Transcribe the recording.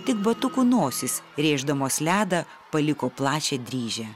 tik batukų nosis rėždamos ledą paliko plačią dryžę